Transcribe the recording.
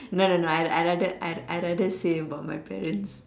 no no no I I like that I rather say about my parents